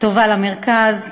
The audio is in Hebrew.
טובה למרכז,